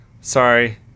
sorry